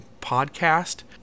podcast